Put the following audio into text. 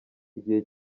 igihe